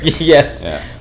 Yes